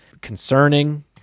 concerning